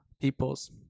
peoples